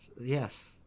Yes